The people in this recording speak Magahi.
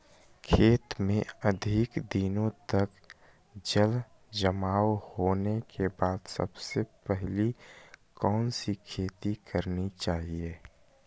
खेत में अधिक दिनों तक जल जमाओ होने के बाद सबसे पहली कौन सी खेती करनी चाहिए?